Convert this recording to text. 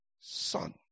son